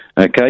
Okay